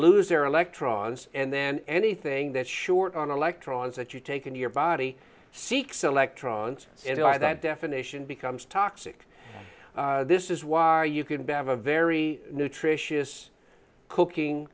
lose their electrons and then anything that short on electrons that you've taken your body seeks electrons that definition becomes toxic this is why you can bet a very nutritious cooking